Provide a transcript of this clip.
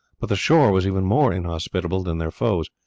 but the shore was even more inhospitable than their foes.